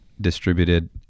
distributed